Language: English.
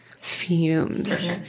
fumes